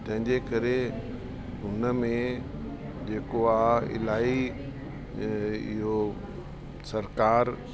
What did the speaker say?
तंहिंजे करे हुन में जेको आहे इलाई इहो सरकार